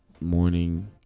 morning